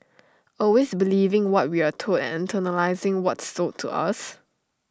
always believing what we are told and internalising what's sold to us